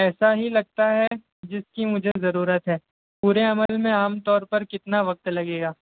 ایسا ہی لگتا ہے جس کی مجھے ضرورت ہے پورے عمل میں عام طور پر کتنا وقت لگے گا